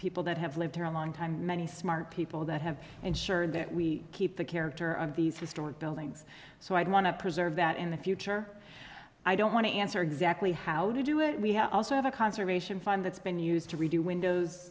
people that have lived here a long time many smart people that have ensured that we keep the character of these historic buildings so i want to preserve that in the future i don't want to answer exactly how to do it we have also have a conservation fund that's been used to redo windows